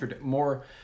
more